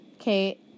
Okay